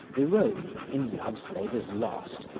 biron, in love's labours lost,